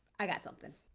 i got something.